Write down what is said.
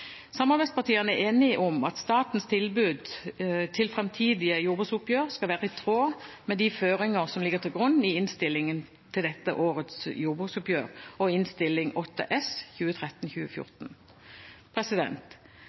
Samarbeidspartiene er enige om at statens tilbud til framtidige jordbruksoppgjør skal være i tråd med de føringer som ligger til grunn i innstillingen til årets jordbruksoppgjør og Innst. 8 S